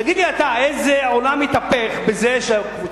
תגיד לי אתה איזה עולם יתהפך בזה שהחוק